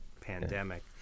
pandemic